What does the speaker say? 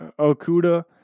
Okuda